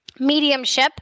Mediumship